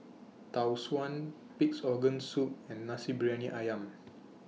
Tau Suan Pig'S Organ Soup and Nasi Briyani Ayam